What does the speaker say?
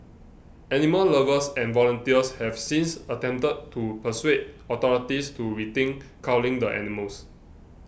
animal lovers and volunteers have since attempted to persuade authorities to rethink culling the animals